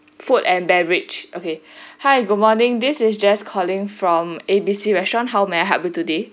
food and beverage okay hi good morning this is jess calling from A B C restaurant how may I help you today